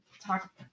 talk